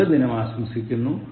നല്ല ദിനം ആശംസിക്കുന്നു